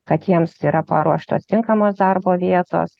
kad jiems yra paruoštos tinkamos darbo vietos